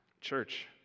Church